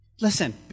Listen